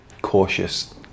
Cautious